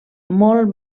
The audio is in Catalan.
molt